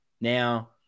Now –